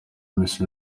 miss